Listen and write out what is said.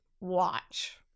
watch